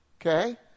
okay